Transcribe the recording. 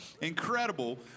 Incredible